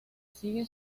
sigue